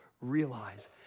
realize